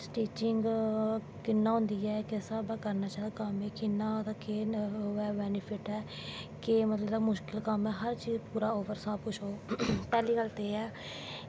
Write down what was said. stitching कियां होंदी ऐ किस हिसाबा कन्नैं सारा कम्म कियां ओह् केह् बैनिफिट ऐ केह् चीज़ मतलव हर चीज़ पैह्ली गल्ल ते एह् ऐ